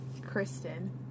Kristen